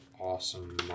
awesome